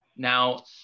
Now